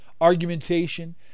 argumentation